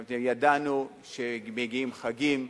ידענו שכשמגיעים חגים,